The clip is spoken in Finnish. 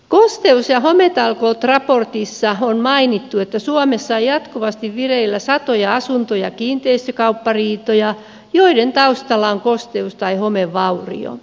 kosteus ja hometalkoot raportissa on mainittu että suomessa on jatkuvasti vireillä satoja asunto ja kiinteistökauppariitoja joiden taustalla on kosteus tai homevaurio